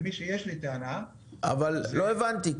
למי שיש לי טענה זה --- לא הבנתי,